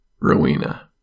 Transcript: Rowena